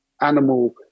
animal